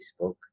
Facebook